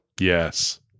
Yes